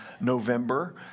November